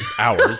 hours